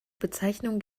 bezeichnung